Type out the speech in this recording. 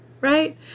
right